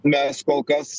mes kol kas